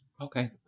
Okay